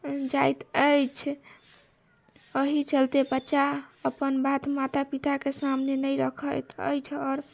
जाइत अछि एहि चलते बच्चा अपन बात माता पिताके सामने नहि रखैत अछि आओर